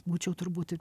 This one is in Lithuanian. būčiau turbūt